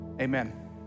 amen